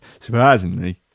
Surprisingly